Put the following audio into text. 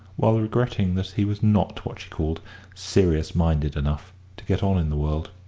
while regretting that he was not what she called serious-minded enough to get on in the world.